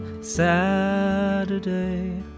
Saturday